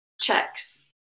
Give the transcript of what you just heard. checks